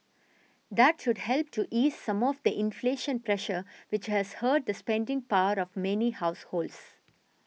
that should help to ease some of the inflation pressure which has hurt the spending power of many households